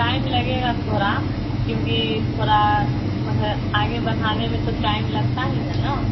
time लगेगा थोड़ा क्योंकि थोड़ा महे आगे बढ़ाने में तो टाइम लगता ही है ना